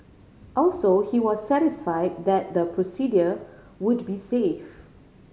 also he was satisfied that the procedure would be safe